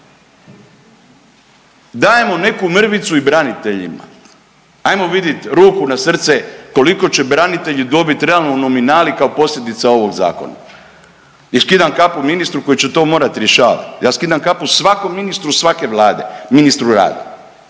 dajemo neku mrvicu i braniteljima. Hajmo vidjeti ruku na srce koliko će branitelji dobiti realno u nominali kao posljedica ovog Zakona i skidam kapu ministru koji će to morati rješavati. Ja skidam kapu svakom ministru svake vlade, ministru rada